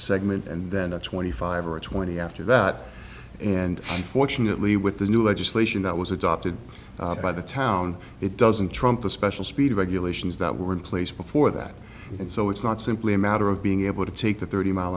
segment and twenty five or twenty after and fortunately with the new legislation that was adopted by the town it doesn't trump the special speed regulations that were in place before that so it's not simply a matter of being able to take the eighty mile